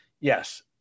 yes